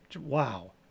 wow